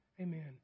Amen